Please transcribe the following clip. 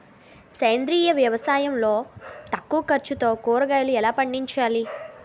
సేంద్రీయ వ్యవసాయం లో తక్కువ ఖర్చుతో కూరగాయలు ఎలా పండించాలి?